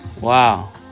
Wow